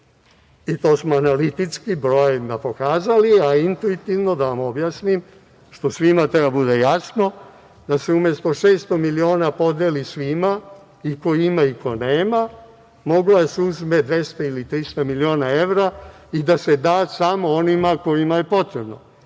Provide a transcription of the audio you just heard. i to smo analitički, brojevima pokazali, a intuitivno, da vam objasnim, što svima treba da bude jasno, da se umesto 600 miliona podeli svima, i ko ima i ko nema, moglo je da se uzme 200 ili 300 miliona evra i da se da samo onima kojima je potrebno